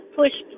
push